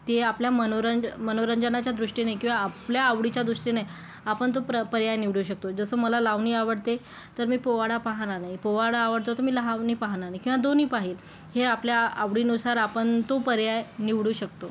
ते आपल्या मनोरंजन मनोरंजनाच्या दृष्टीने किंवा आपल्या आवडीच्या दृष्टीने आपण तो प्र पर्याय निवडू शकतो जसं मला लावणी आवडते तर मी पोवाडा पाहिला नाही पोवाडा आवडतो तर मी लावणी पाहणार नाही किंवा दोन्ही पाहीन हे आपल्या आवडीनुसार आपण तो पर्याय निवडू शकतो